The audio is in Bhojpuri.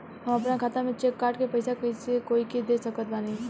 हम अपना खाता से चेक काट के पैसा कोई के कैसे दे सकत बानी?